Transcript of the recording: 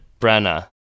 Brenna